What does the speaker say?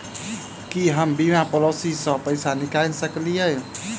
की हम बीमा पॉलिसी सऽ पैसा निकाल सकलिये?